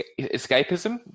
escapism